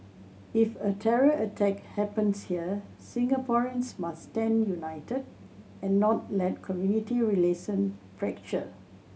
if a terror attack happens here Singaporeans must stand united and not let community relation fracture